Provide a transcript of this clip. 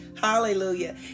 Hallelujah